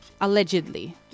allegedly